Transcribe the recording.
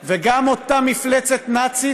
אבל אני לא פונה אל כבודו כיושב-ראש הישיבה הנוכחית,